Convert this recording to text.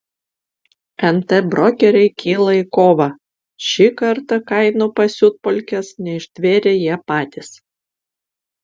nt brokeriai kyla į kovą šį kartą kainų pasiutpolkės neištvėrė jie patys